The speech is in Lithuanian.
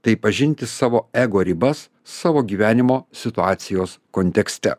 tai pažinti savo ego ribas savo gyvenimo situacijos kontekste